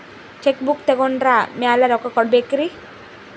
Check book ತೊಗೊಂಡ್ರ ಮ್ಯಾಲೆ ರೊಕ್ಕ ಕೊಡಬೇಕರಿ?